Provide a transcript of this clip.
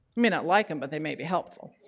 may not like them but they may be helpful.